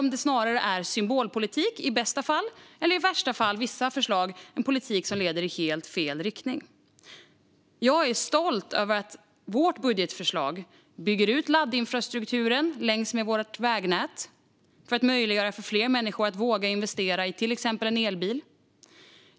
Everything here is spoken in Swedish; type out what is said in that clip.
I bästa fall är det symbolpolitik, och i värsta fall utgör vissa förslag en politik som leder i helt fel riktning. Jag är stolt över att vi genom vårt budgetförslag kan bygga ut laddinfrastrukturen längs med vägnätet för att möjliggöra för fler människor att våga investera i exempelvis en elbil.